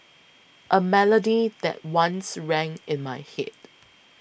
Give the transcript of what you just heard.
a melody that once rang in my head